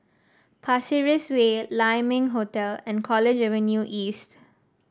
Pasir Ris Way Lai Ming Hotel and College Avenue East